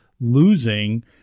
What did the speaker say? losing